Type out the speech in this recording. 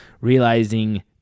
realizing